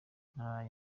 naraye